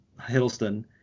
Hiddleston